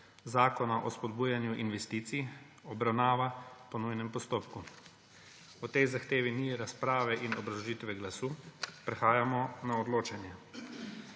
Zakona o spodbujanju investicij obravnava po nujnem postopku. O tej zahtevi ni razprave in obrazložitve glasu. Prehajamo na odločanje.